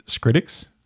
critics